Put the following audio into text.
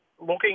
looking